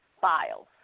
files